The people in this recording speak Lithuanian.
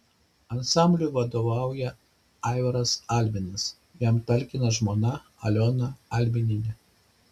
ansambliui vadovauja aivaras alminas jam talkina žmona aliona alminienė